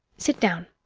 sit down.